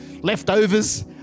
leftovers